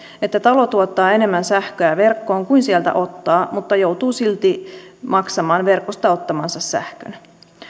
että talo tuottaa enemmän sähköä verkkoon kuin sieltä ottaa mutta joutuu silti maksamaan verkosta ottamansa sähkön